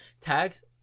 Tags